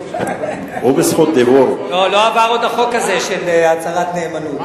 לא, עוד לא עבר החוק הזה של הצהרת נאמנות.